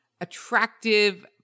attractive